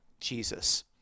Jesus